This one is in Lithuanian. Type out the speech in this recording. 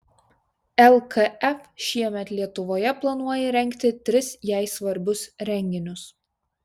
lkf šiemet lietuvoje planuoja rengti tris jai svarbius renginius